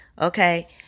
Okay